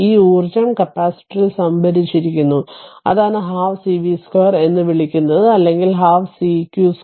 ഈ ഊർജ്ജം കപ്പാസിറ്ററിൽ സംഭരിച്ചിരിക്കുന്നു അതാണ് 12 cv2 എന്ന് വിളിക്കുന്നത് അല്ലെങ്കിൽ 12 cq 2